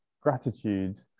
gratitude